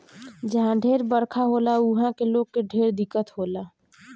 जहा ढेर बरखा होला उहा के लोग के ढेर दिक्कत होला